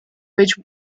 which